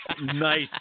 nice